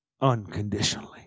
unconditionally